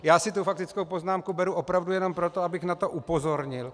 Já si tu faktickou poznámku beru opravdu jenom proto, abych na to upozornil.